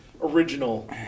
original